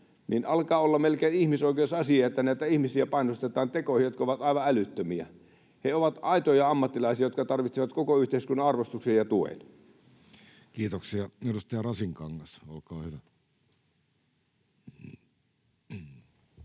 alkaa olla melkein ihmisoikeusasia — näitä ihmisiä painostetaan tekoihin, jotka ovat aivan älyttömiä. He ovat aitoja ammattilaisia, jotka tarvitsevat koko yhteiskunnan arvostuksen ja tuen. Kiitoksia. — Edustaja Rasinkangas, olkaa hyvä.